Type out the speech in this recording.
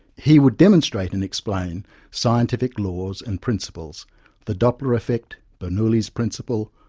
he would demonstrate and explain scientific laws and principles the doppler effect, bernoulli's principle,